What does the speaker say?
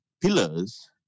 pillars